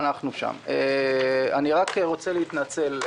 אני רוצה להתנצל.